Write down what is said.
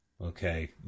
Okay